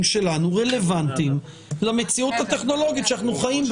שלנו רלוונטיים למציאות הטכנולוגית שאנחנו חיים בה,